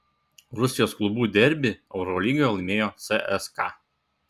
rusijos klubų derbį eurolygoje laimėjo cska